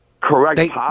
correct